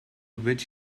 which